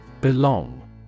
Belong